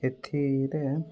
ଏଥିରେ